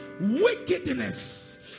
wickedness